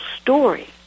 story